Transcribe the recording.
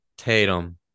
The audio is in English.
Tatum